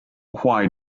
why